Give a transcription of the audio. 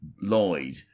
Lloyd